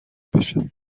بشه